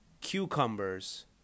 cucumbers